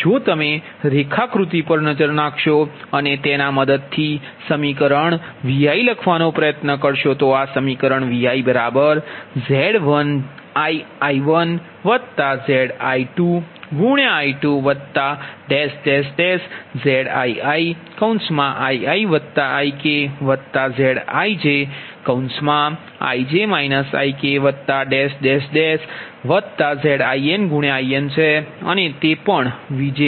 જો તમે રેખાકૃતિ પર નજર નાખશો અને તેના મદદથી સમીકરણ Vi લખવા નો પ્ર્યત્ન કરશો તો આ સમીકરણ ViZ1iI1Zi2I2ZiiIiIkZijIj IkZinIn છે અને તે પણVjZbIkVi છે